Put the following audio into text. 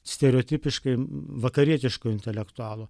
stereotipiškai vakarietiško intelektualo